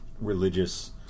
religious